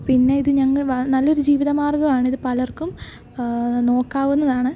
പിന്നെ ഇത് ഞ നല്ലൊരു ജീവിതമാർഗ്ഗമാണ് ഇത് പലർക്കും നോക്കാവുന്നതാണ്